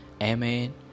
Amen